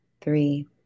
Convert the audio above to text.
three